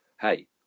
hey